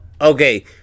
Okay